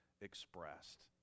expressed